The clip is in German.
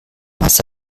masse